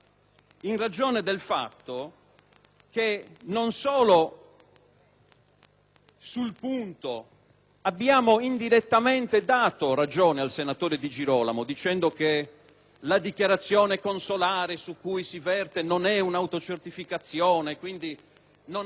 sul punto, abbiamo indirettamente dato ragione al senatore Di Girolamo dicendo che la dichiarazione consolare su cui si verte non è un'autocertificazione, quindi non aspettiamo un giudizio del TAR per dire se lui ha diritto o meno di rimanere qui